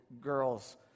girls